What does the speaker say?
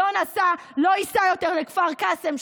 לא ייסע יותר לכפר קאסם,